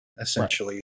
essentially